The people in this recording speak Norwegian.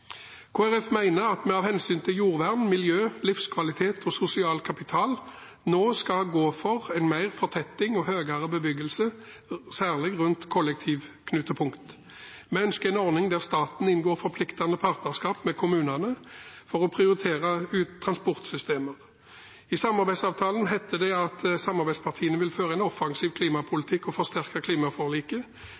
at vi av hensyn til jordvern, miljø, livskvalitet og sosial kapital nå skal gå inn for mer fortetting og høyere bebyggelse, særlig rundt kollektivknutepunkter. Vi ønsker en ordning der staten inngår forpliktende partnerskap med kommunene for å prioritere transportsystemer. I samarbeidsavtalen heter det: «Samarbeidspartiene vil føre en offensiv klimapolitikk og forsterke klimaforliket.»